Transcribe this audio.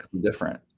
different